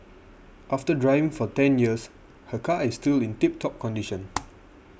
after driving for ten years her car is still in tip top condition